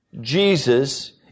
Jesus